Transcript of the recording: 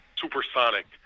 supersonic